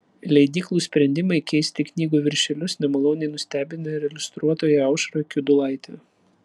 leidyklų sprendimai keisti knygų viršelius nemaloniai nustebina ir iliustruotoją aušrą kiudulaitę